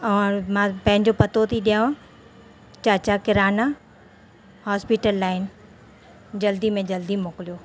औरि मां पंहिंजो पतो थी ॾियांव चाचा किराना हॉस्पीटल लाइन जल्दी में जल्दी मोकिलियो